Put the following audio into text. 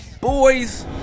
boys